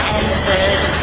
entered